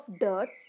dirt